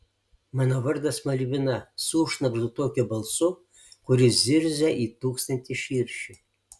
mano vardas malvina sušnabždu tokiu balsu kuris zirzia it tūkstantis širšių